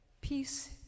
Peace